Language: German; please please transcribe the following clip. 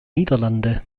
niederlande